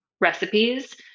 recipes